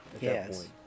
Yes